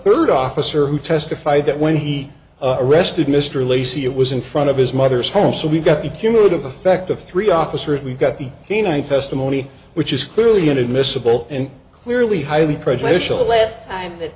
third officer who testified that when he arrested mr lacy it was in front of his mother's home so we've got the cumulative effect of three officers we've got the kenai festa money which is clearly inadmissible and clearly highly prejudicial the last time that